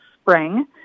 spring